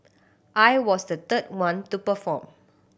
I was the third one to perform